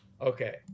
Okay